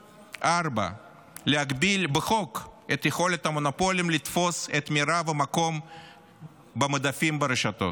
4. להגביל בחוק את יכולת המונופולים לתפוס את מרב המקום במדפים ברשתות,